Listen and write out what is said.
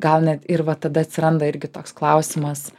gal net ir va tada atsiranda irgi toks klausimas